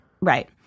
Right